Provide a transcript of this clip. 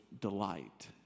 delight